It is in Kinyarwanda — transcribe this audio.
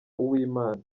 uwimana